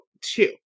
two